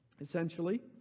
Essentially